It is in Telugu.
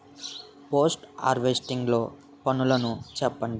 పోస్ట్ హార్వెస్టింగ్ లో పనులను చెప్పండి?